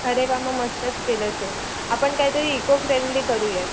अरे वा मग मस्तच केलं ते आपण काही तरी इको फ्रेंडली करू या